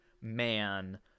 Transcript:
man